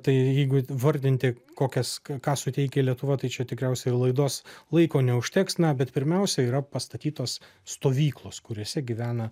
tai jeigu vardinti kokias ką suteikia lietuva tai čia tikriausiai ir laidos laiko neužteks na bet pirmiausia yra pastatytos stovyklos kuriose gyvena